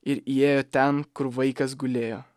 ir įėjo ten kur vaikas gulėjo